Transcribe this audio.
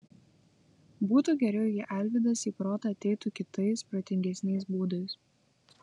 būtų geriau jei alvydas į protą ateitų kitais protingesniais būdais